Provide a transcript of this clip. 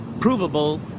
provable